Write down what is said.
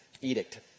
Edict